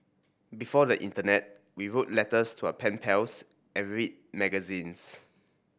before the internet we wrote letters to our pen pals and read magazines